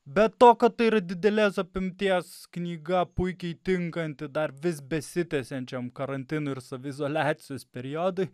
be to kad tai yra didelės apimties knyga puikiai tinkanti dar vis besitęsiančiam karantino ir saviizoliacijos periodui